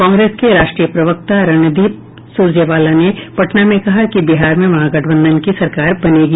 कांग्रेस के राष्ट्रीय प्रवक्ता रणदीप सुरजेवाला ने पटना में कहा कि बिहार में महागठबंधन की सरकार बनेगी